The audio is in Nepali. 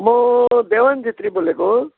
म देवान छेत्री बोलेको